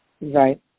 Right